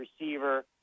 receiver